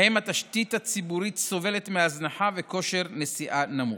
שבהם התשתית הציבורית סובלת מהזנחה וכושר נשיאה נמוך.